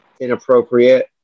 inappropriate